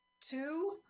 two